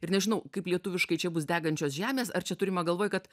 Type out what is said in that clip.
ir nežinau kaip lietuviškai čia bus degančios žemės ar čia turima galvoj kad